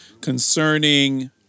concerning